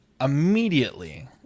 immediately